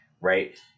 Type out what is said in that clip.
right